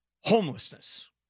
Homelessness